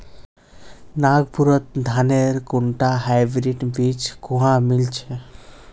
नागपुरत धानेर कुनटा हाइब्रिड बीज कुहा मिल छ